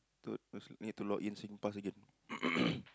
toot mus~ need to log in Singpass again